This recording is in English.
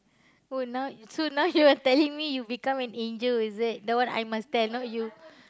oh now so now you are telling me you become an angel is it that one I must tell you not you